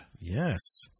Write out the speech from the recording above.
Yes